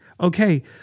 okay